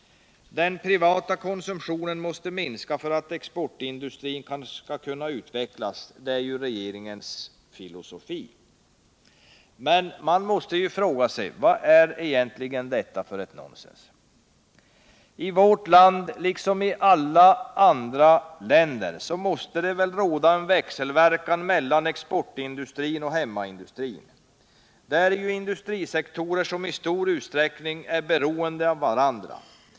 Den privata konsumtionen måste minska för att exportindustrin skall kunna utvecklas, det är regeringens filosofi. Man måste fråga sig: Vad är detta för nonsens? I vårt land liksom i andra länder måste det råda en växelverkan mellan exportindustrin och hemmaindustrin. Det är industrisektorer som i stor utsträckning är beroende av varandra.